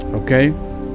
Okay